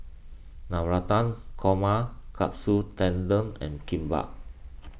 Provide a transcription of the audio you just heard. Navratan Korma Katsu Tendon and Kimbap